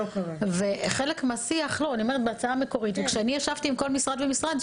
כשאני ישבתי עם כל משרד ומשרד,